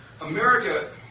America